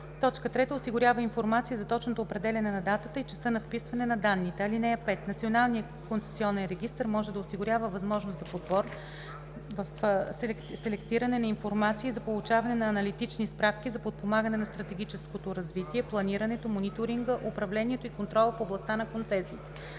лица; 3. осигурява информация за точното определяне на датата и часа на вписване на данните. (5) Националният концесионен регистър може да осигурява възможност за подбор (селектиране) на информация и за получаване на аналитични справки за подпомагане на стратегическото развитие, планирането, мониторинга, управлението и контрола в областта на концесиите.